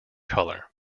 colour